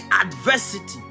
adversity